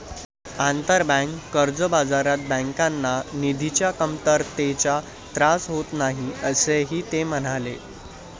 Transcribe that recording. आंतरबँक कर्ज बाजारात बँकांना निधीच्या कमतरतेचा त्रास होत नाही, असेही ते म्हणाले